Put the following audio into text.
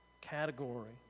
category